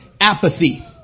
Apathy